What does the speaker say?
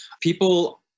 people